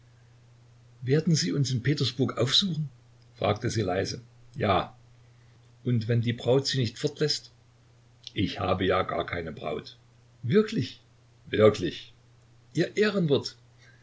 werden sie uns in petersburg aufsuchen fragte sie leise ja und wenn die braut sie nicht fortläßt ich habe ja gar keine braut wirklich wirklich ihr ehrenwort